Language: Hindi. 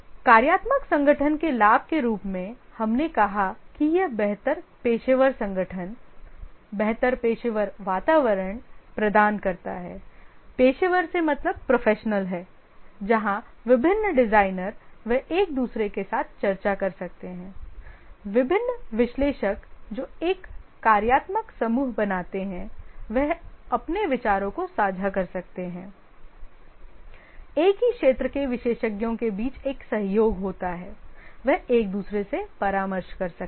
कार्यात्मक संगठन के लाभ के रूप में हमने कहा कि यह बेहतर पेशेवर संगठन बेहतर पेशेवर वातावरण प्रदान करता है जहां विभिन्न डिजाइनर वे एक दूसरे के साथ चर्चा कर सकते हैं विभिन्न विश्लेषक जो एक कार्यात्मक समूह बनाते हैं वे अपने विचारों को साझा कर सकते हैं एक ही क्षेत्र के विशेषज्ञों के बीच एक सहयोग होता है वे एक दूसरे से परामर्श कर सकते हैं